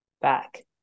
back